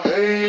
Hey